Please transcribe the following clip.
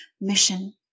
mission